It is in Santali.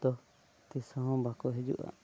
ᱛᱚ ᱛᱤᱸᱥ ᱦᱚᱸ ᱵᱟᱠᱚ ᱦᱤᱡᱩᱜᱼᱟ